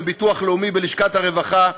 בביטוח לאומי, בלשכת הרווחה,